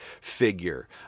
figure